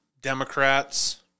Democrats